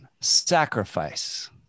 Sacrifice